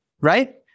right